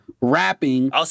rapping